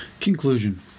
Conclusion